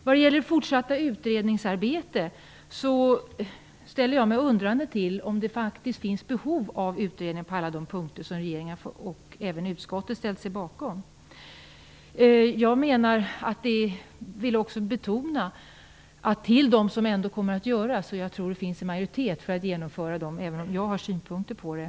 Vad gäller det fortsatta utredningsarbetet ställer jag mig undrande till om det faktiskt finns behov av utredningar på alla de punkter som regeringen och även utskottet har ställt sig bakom. Jag tror att det finns majoritet för att genomföra dem, även om jag har synpunkter på det.